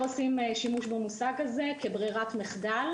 כאשר עושים שימוש במושג הזה כברירת מחדל